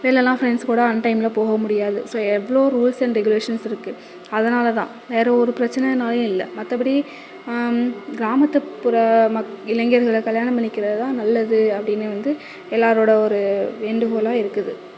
வெளிலலாம் ஃப்ரெண்ட்ஸ் கூட அன்டைமில் போக முடியாது ஸோ எவ்வளோ ரூல்ஸ் அண்ட் ரெகுலேஷன்ஸ் இருக்குது அதனால் தான் வேறு ஒரு பிரச்சனைனாலையும் இல்லை மற்றபடி கிராமத்துப்புற மக் இளைஞர்களை கல்யாணம் பண்ணிக்கிறது தான் நல்லது அப்படின்னு வந்து எல்லாரோடய ஒரு வேண்டுகோளாக இருக்குது